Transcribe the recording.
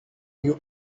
you